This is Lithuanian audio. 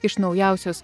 iš naujausios